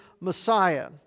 Messiah